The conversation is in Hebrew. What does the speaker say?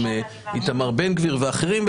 עם איתמר בן גביר ואחרים.